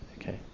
Okay